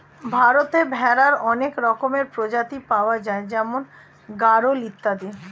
ভারতে ভেড়ার অনেক রকমের প্রজাতি পাওয়া যায় যেমন গাড়ল ইত্যাদি